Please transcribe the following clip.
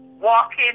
walking